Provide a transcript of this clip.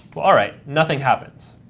well, all right. nothing happens.